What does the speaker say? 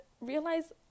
realize